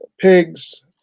pigs